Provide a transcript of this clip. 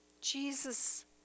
Jesus